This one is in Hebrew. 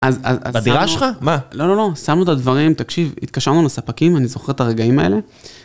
אז אז אז... בדירה שלך? מה? לא לא לא, סיימנו את הדברים, תקשיב, התקשרנו לספקים, אני זוכר את הרגעים האלה.